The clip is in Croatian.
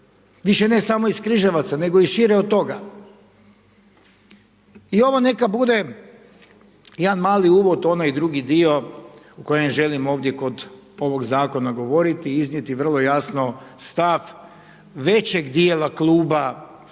Više ne samo iz Križevaca nego i šire od toga. I ovo neka bude jedan mali uvod onaj u drugi dio u kojem želim ovdje kod ovog zakona govoriti i iznijeti vrlo jasno stav većeg dijela Kluba zastupnika